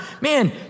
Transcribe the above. Man